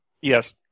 yes